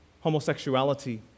homosexuality